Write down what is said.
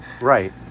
Right